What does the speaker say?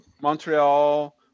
montreal